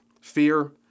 fear